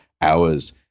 hours